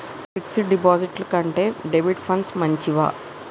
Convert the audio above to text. Fix డ్ డిపాజిట్ల కంటే డెబిట్ ఫండ్స్ మంచివా?